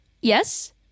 Yes